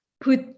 put